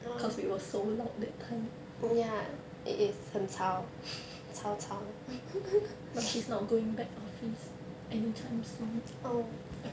cause we were so loud that time but she's not going back office anytime soon ya